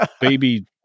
baby